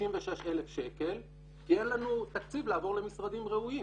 36,000 שקל כי אין לנו תקציב לעבור למשרדים ראויים.